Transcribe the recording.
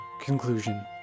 Conclusion